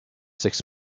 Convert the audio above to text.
six